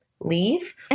leave